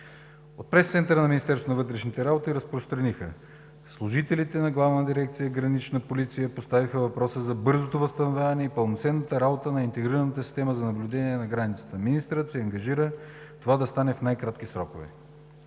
От пресцентъра на МВР разпространиха: „Служителите на Главна дирекция „Гранична полиция“ поставиха въпроса за бързото възстановяване на пълноценната работа на интегрираната система за наблюдение на границата. Министърът се ангажира това да стане в най-кратки срокове.“